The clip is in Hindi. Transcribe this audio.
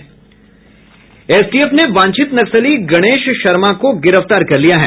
एसटीएफ ने वांछित नक्सली गणेश शर्मा को गिरफ्तार कर लिया है